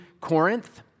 Corinth